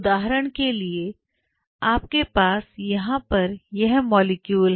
उदाहरण के लिए आपके पास यहां पर यह मॉलिक्यूल है